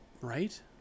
Right